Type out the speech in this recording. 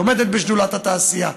את עומדת בשדולת התעשייה,